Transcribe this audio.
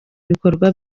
ibikorwa